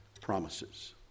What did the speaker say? promises